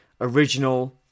original